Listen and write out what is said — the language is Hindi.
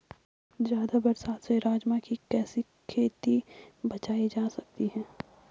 ज़्यादा बरसात से राजमा की खेती कैसी बचायी जा सकती है?